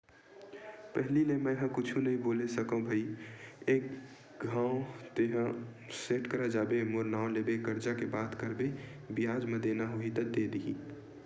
पहिली ले मेंहा कुछु नइ बोले सकव भई एक घांव तेंहा सेठ करा जाबे मोर नांव लेबे करजा के बात करबे बियाज म देना होही त दे दिही